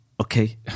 okay